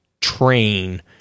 train